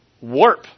warp